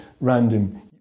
random